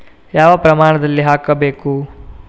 ಯಾವ ಪ್ರಮಾಣದಲ್ಲಿ ಹಾಕಬೇಕು?